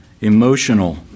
emotional